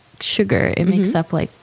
sugar, it makes up, like